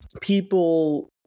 people –